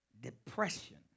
depression